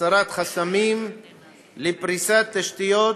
הסרת חסמים לפריסת תשתיות